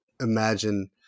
imagine